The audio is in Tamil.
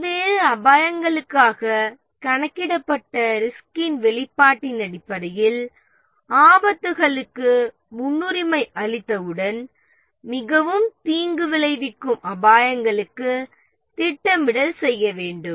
பல்வேறு ரிஸ்குகளுக்காக கணக்கிடப்பட்ட ரிஸ்கின் வெளிப்பாட்டின் அடிப்படையில் ரிஸ்குகளுக்கு முன்னுரிமை அளித்தவுடன் மிகவும் தீங்கு விளைவிக்கும் ரிஸ்குகளுக்கு திட்டமிடல் செய்ய வேண்டும்